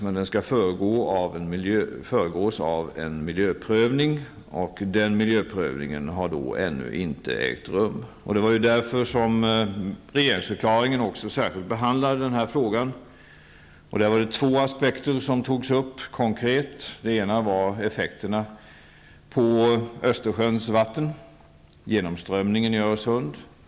Men den skall föregås av en miljöprövning. Den miljöprövningen har ännu inte ägt rum. Det var därför regeringsförklaringen särskilt behandlade den här frågan. Där togs två aspekter upp konkret. Den ena var effekterna på Östersjöns vatten och genomströmningen i Öresund.